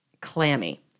Clammy